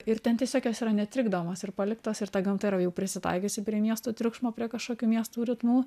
ir ten tiesiog jos yra netrikdomos ir paliktos ir ta gamta yra jau prisitaikiusi prie miesto triukšmo prie kažkokių miestų ritmų